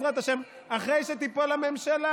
אחרי שתיפול הממשלה,